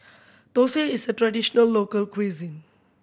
thosai is a traditional local cuisine